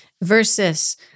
versus